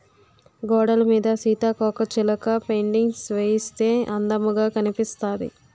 గోడలమీద సీతాకోకచిలక పెయింటింగ్స్ వేయిస్తే అందముగా కనిపిస్తాది